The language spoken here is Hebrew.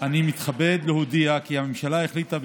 אני מתכבד להודיע כי הממשלה החליטה,